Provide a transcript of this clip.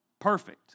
perfect